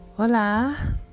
Hola